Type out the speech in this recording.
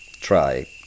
try